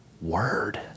word